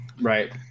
right